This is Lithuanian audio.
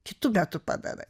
kitų metų padarai